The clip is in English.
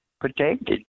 protected